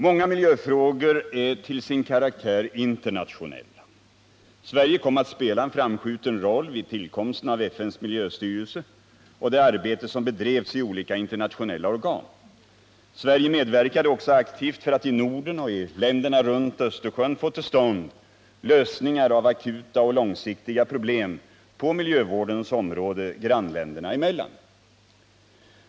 Många miljöfrågor är till sin karaktär internationella. Sverige kom att spela en framskjuten roll vid tillkomsten av FN:s miljöstyrelse och det arbete som bedrevs olika internationella organ. Sverige medverkade också aktivt för att i Norden och i länderna runt Östersjön få till stånd lösningar av akuta och långsiktiga problem på miljövårdens område grannländerna emellan.